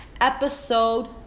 episode